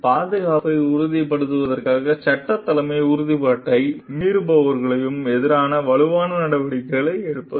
பாதுகாப்பை உறுதி செய்வதற்காக சட்ட தலைமை உறுதிப்பாட்டை மீறுபவர்களுக்கு எதிராக வலுவான நடவடிக்கைகளை எடுப்பது